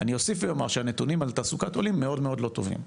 אני אוסיף ואומר שהנתונים על תעסוקת עולים מאוד מאוד לא טובים,